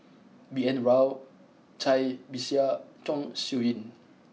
B N Rao Cai Bixia Chong Siew Ying